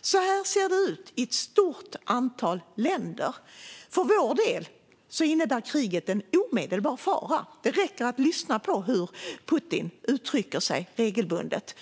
Så här ser det ut i ett stort antal länder. För vår del innebär kriget en omedelbar fara. Det räcker att lyssna på hur Putin uttrycker sig regelbundet.